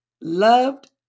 Loved